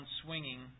swinging